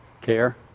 care